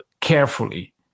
carefully